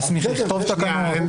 להסמיך לכתוב תקנות,